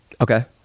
Okay